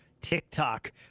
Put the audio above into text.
TikTok